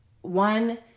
one